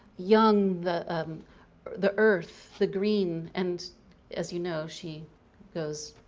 young, the the earth, the green, and as you know she goes,